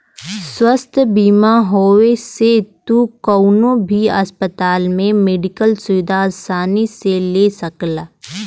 स्वास्थ्य बीमा होये से तू कउनो भी अस्पताल में मेडिकल सुविधा आसानी से ले सकला